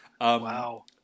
Wow